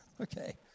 Okay